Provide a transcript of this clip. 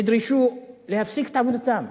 להפסיק את עבודתם,